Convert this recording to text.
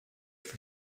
for